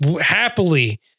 happily